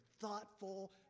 thoughtful